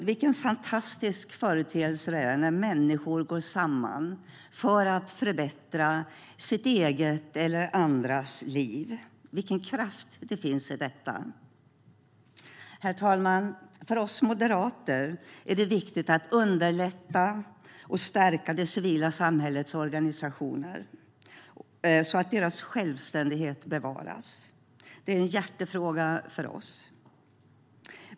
Det är en fantastisk företeelse när människor går samman för att förbättra sitt eget eller andras liv. Vilken kraft det finns i detta! Herr talman! För oss moderater är det viktigt att underlätta för och stärka det civila samhällets organisationer så att deras självständighet bevaras. Det är en hjärtefråga för oss.